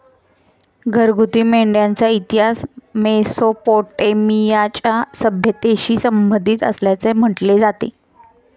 घरगुती मेंढ्यांचा इतिहास मेसोपोटेमियाच्या सभ्यतेशी संबंधित असल्याचे म्हटले जाते